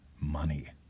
money